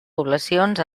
poblacions